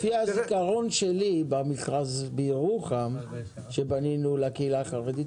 לפי הזכרון שלי במכרז בירוחם שבנינו לקהילה החרדית,